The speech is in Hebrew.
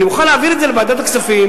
אני מוכן להעביר את זה לוועדת הכספים,